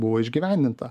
buvo išgyvendinta